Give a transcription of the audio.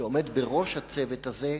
שעומד בראש הצוות הזה,